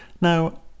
Now